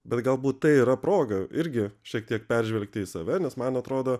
bet galbūt tai yra proga irgi šiek tiek peržvelgti į save nes man atrodo